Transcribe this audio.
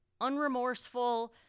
unremorseful